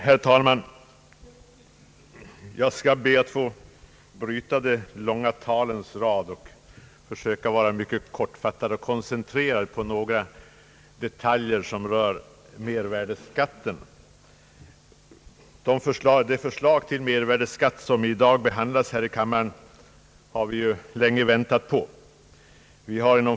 Herr talman! Jag skall försöka vara kortfattad och koncentrera mig på några detaljer som rör mervärdeskatten. Det förslag till mervärdeskatt som vi i dag behandlar här i kammaren har vi länge väntat på.